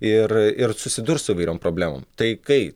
ir ir susidurs su įvairiom problemom tai kai